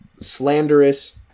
slanderous